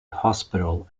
hospital